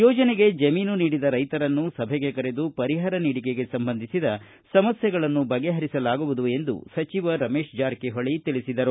ಯೋಜನೆಗೆ ಜಮೀನು ನೀಡಿದ ರೈತರನ್ನು ಸಭೆಗೆ ಕರೆದು ಪರಿಹಾರ ನೀಡಿಕೆಗೆ ಸಂಬಂಧಿಸಿದ ಸಮಸ್ನೆಗಳನ್ನು ಬಗೆಹರಿಸಲಾಗುವುದು ಎಂದು ಸಚಿವ ರಮೇಶ ಜಾರಕಿಹೊಳಿ ತಿಳಿಸಿದರು